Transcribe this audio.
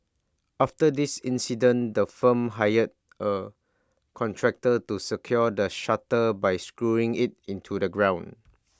after this incident the firm hired A contractor to secure the shutter by screwing IT into the ground